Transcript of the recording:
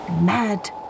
mad